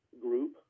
group